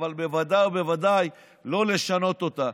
אבל בוודאי ובוודאי לא לשנות אותה.